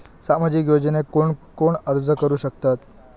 सामाजिक योजनेक कोण कोण अर्ज करू शकतत?